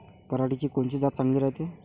पऱ्हाटीची कोनची जात चांगली रायते?